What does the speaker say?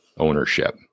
ownership